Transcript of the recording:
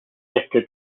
este